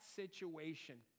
situation